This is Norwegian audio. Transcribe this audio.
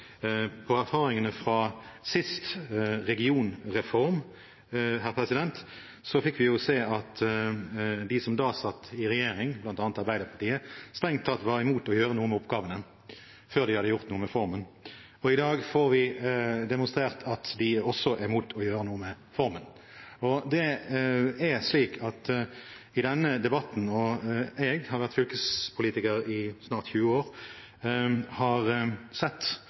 talerstolen erfaringene fra sist regionreform. Vi fikk se at de som da satt i regjering, bl.a. Arbeiderpartiet, strengt tatt var imot å gjøre noe med oppgavene før de hadde gjort noe med formen, og i dag får vi demonstrert at de også er imot å gjøre noe med formen. Det er slik at i denne debatten – jeg har vært fylkespolitiker i snart 20 år og sett det – at hver gang det har